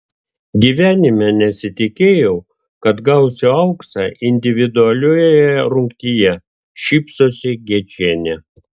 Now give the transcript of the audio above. gyvenime nesitikėjau kad gausiu auksą individualiojoje rungtyje šypsosi gečienė